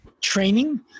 training